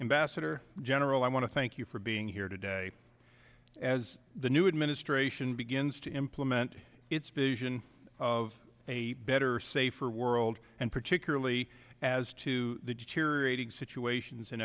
ambassador general i want to thank you for being here today as the new administration begins to implement its vision of a better safer world and particularly as to the deteriorating situations in